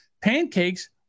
Pancakes